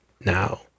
now